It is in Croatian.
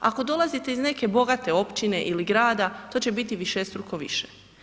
Ako dolazite iz neke bogate općine ili grada to će biti višestruko više.